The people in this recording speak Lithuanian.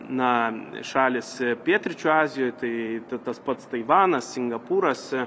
na šalys pietryčių azijoj tai tai tas pats taivanas singapūras